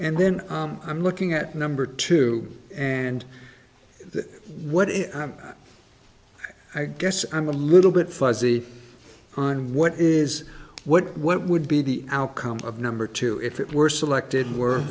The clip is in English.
and then i'm looking at number two and what it i guess i'm a little bit fuzzy on what is what what would be the outcome of number two if it were selected